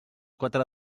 quatre